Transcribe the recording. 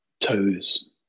toes